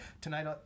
tonight